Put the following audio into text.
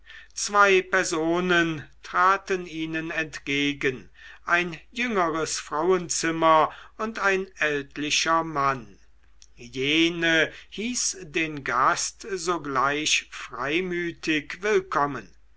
zwei personen traten ihnen entgegen ein jüngeres frauenzimmer und ein ältlicher mann jene hieß den gast sogleich freimütig willkommen